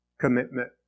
commitment